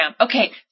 Okay